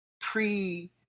pre-